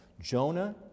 Jonah